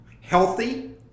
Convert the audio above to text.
healthy